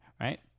right